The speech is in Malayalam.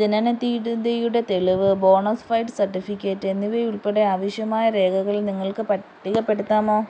ജനനത്തീയതിയുടെ തെളിവ് ബോണസ്ഫൈഡ് സർട്ടിഫിക്കറ്റ് എന്നിവയുൾപ്പെടെ ആവശ്യമായ രേഖകൾ നിങ്ങൾക്ക് പട്ടികപ്പെടുത്താമോ